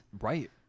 right